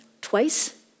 twice